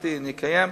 שהבטחתי אני אקיים.